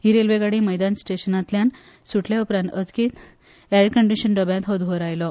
ही railway गाडी मैदान स्टेशनांतल्यान सुटले उपरांत अचकीत वातानकुलींत डब्यांत हो धुंवर आयलो